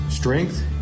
Strength